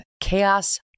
Chaos